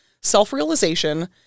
self-realization